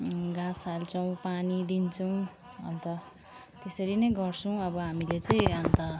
घाँस हाल्छौँ पानी दिन्छौँ अन्त त्यसरी नै गर्छौँ अब हामीले चाहिँ अन्त